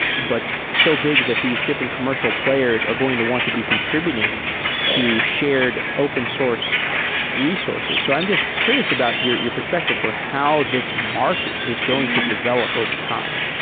but so big that these different commercial players are going to want to be contributing to shared open source resources. so i'm just curious about your your perspective for how this market is going to develop over time.